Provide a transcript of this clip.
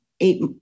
eight